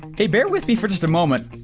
hey, bear with me for just a moment.